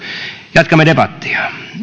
jatkamme debattia